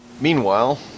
meanwhile